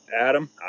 Adam